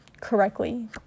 correctly